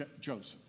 Joseph